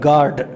God